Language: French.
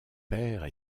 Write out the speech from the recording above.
père